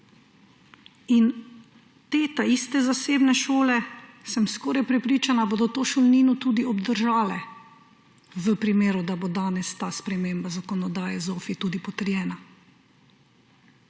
In te ta iste zasebne šole, sem skoraj prepričana, bodo to šolnino tudi obdržale v primeru, da bo danes ta sprememba zakonodaje ZOFVI tudi potrjena.